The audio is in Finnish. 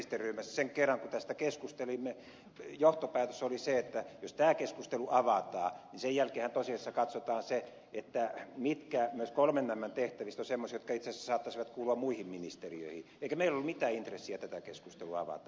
sen kerran kun tästä keskustelimme johtopäätös oli se että jos tämä keskustelu avataan sen jälkeenhän tosiasiassa katsotaan mitkä myös mmmn tehtävistä ovat semmoisia jotka itse asiassa saattaisivat kuulua muihin ministeriöihin eikä meillä ollut mitään intressiä tätä keskustelua avata